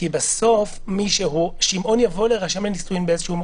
כי בסוף שמעון יבוא לרשם הנישואין באיזשהו מקום,